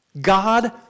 God